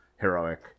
heroic